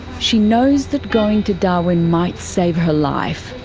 she knows that going to darwin might save her life.